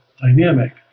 dynamic